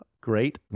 great